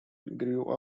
grew